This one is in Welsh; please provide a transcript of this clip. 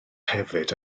hefyd